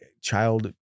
child